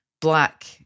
black